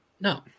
No